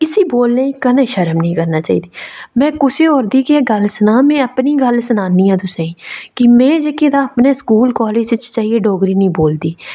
इसी बोलने च शर्म नेईं करने चाहिदी में कुसै होर दी केह् गल्ल सनां गल्ल सनान्नी आं तुसें कि में जेह्की तां अपने स्कूल कालेज बिच जाइयै नेईं बोलदी